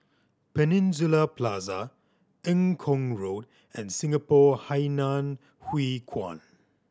Peninsula Plaza Eng Kong Road and Singapore Hainan Hwee Kuan